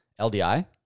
LDI